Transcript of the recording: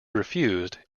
refused